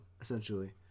essentially